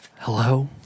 Hello